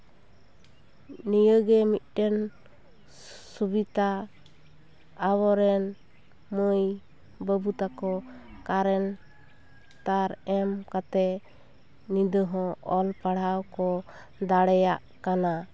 ᱱᱤᱭᱟᱹᱜᱮ ᱢᱤᱫᱴᱮᱱ ᱥᱩᱵᱤᱫᱟ ᱟᱵᱚᱨᱮᱱ ᱢᱟᱹᱭᱼᱵᱟᱹᱵᱩ ᱛᱟᱠᱚ ᱠᱟᱨᱮᱱ ᱛᱟᱨ ᱮᱢ ᱠᱟᱛᱮ ᱧᱤᱫᱟᱹ ᱦᱚᱸ ᱚᱞ ᱯᱟᱲᱦᱟᱣ ᱠᱚ ᱫᱟᱲᱮᱭᱟᱜ ᱠᱟᱱᱟ